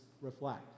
reflect